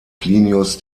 plinius